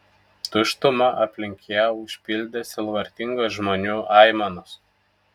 tuštumą aplink ją užpildė sielvartingos žmonių aimanos